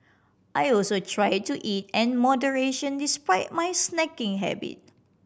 I also try to eat an moderation despite my snacking habit